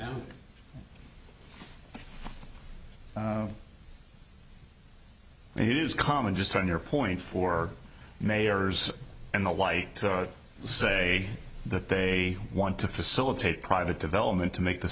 letters it is common just on your point for mayors and the like so to say that they want to facilitate private development to make the